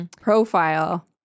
profile